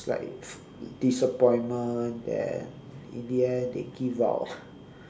it's like disappointment then in the end they give up